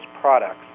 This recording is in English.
products